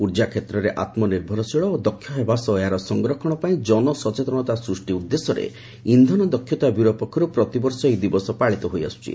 ଉର୍ଜା କ୍ଷେତ୍ରରେ ଆତ୍ମନିର୍ଭରଶୀଳ ଓ ଦକ୍ଷ ହେବା ସହ ଏହାର ସଂରକ୍ଷଣ ପାଇଁ ଜନସଚେତନତା ସୃଷ୍ଟି ଉଦ୍ଦେଶ୍ୟରେ ଇନ୍ଧନ ଦକ୍ଷତା ବ୍ୟୁରୋ ପକ୍ଷରୁ ପ୍ରତିବର୍ଷ ଏହି ଦିବସ ପାଳିତ ହୋଇଆସୁଛି